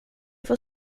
får